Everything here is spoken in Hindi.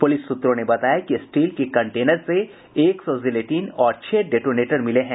पुलिस सूत्रों ने बताया कि स्टील के कंटेनर से एक सौ जिलेटिन और छह डेटोनेटर मिले हैं